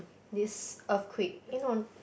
this earthquake eh no